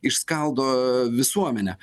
išskaldo visuomenę